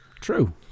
True